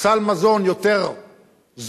סל המזון יותר זול,